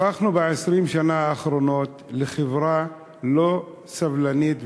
הפכנו ב-20 השנה האחרונות לחברה לא סבלנית,